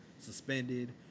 suspended